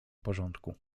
porządku